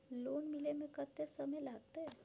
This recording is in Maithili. लोन मिले में कत्ते समय लागते?